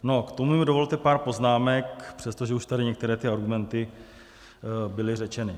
No, k tomu mi dovolte pár poznámek, přestože už tady některé ty argumenty byly řečeny.